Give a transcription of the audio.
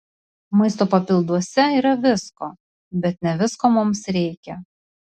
maisto papilduose yra visko bet ne visko mums reikia